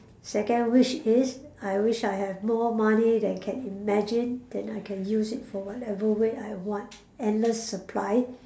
second wish is I wish I have more money than can imagine then I can use it for whatever way I want endless supply